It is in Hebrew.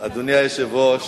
אדוני היושב-ראש,